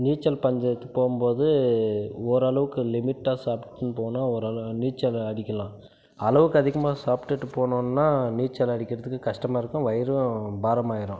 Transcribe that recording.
நீச்சல் பந்தயத்துக் போகும் போது ஓரளவுக்கு லிமிட்டாக சாப்பிட்டுனு போனால் ஓர் அளவு நீச்சல் அடிக்கலாம் அளவுக்கு அதிகமாக சாப்பிட்டுட்டு போனோன்னால் நீச்சல் அடிக்கிறதுக்கு கஷ்டமாக இருக்கும் வயிறும் பாரமாக ஆகிரும்